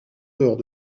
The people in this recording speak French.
dehors